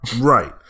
Right